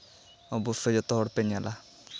ᱚᱵᱚᱥᱥᱳᱭ ᱡᱚᱛᱚ ᱦᱚᱲᱯᱮ ᱧᱮᱞᱼᱟ